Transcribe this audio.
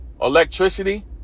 electricity